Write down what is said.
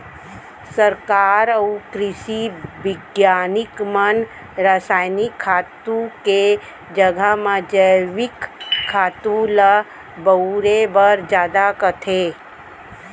सरकार अउ कृसि बिग्यानिक मन रसायनिक खातू के जघा म जैविक खातू ल बउरे बर जादा कथें